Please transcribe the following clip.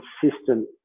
consistent